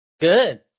Good